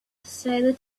say